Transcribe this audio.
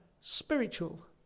spiritual